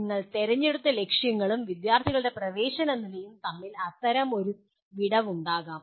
നിങ്ങൾ തിരഞ്ഞെടുത്ത ലക്ഷ്യങ്ങളും വിദ്യാർത്ഥികളുടെ പ്രവേശന നിലയും തമ്മിൽ അത്തരം ഒരു വിടവ് ഉണ്ടാകാം